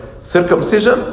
circumcision